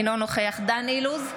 אינו נוכח דן אילוז,